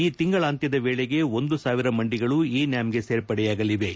ಈತಿಂಗಳಾತ್ಯಂದ ವೇಳೆಗೆ ಒಂದು ಸಾವಿರ ಮಂಡಿಗಳು ಇ ನ್ಯಾಮ್ಗೆ ಸೇರ್ಪಡೆಯಾಗಲಿವೆ